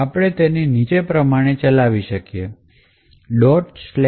આપણે તેને નીચે પ્રમાણે ચલાવી શકીએ છીએ